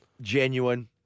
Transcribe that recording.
Genuine